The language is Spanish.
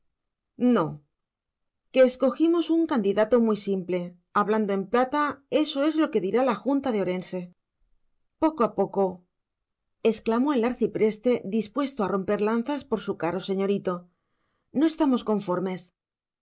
no que escogimos un candidato muy simple hablando en plata eso es lo que dirá la junta de orense poco a poco exclamó el arcipreste dispuesto a romper lanzas por su caro señorito no estamos conformes